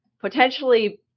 potentially